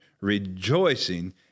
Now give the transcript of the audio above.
rejoicing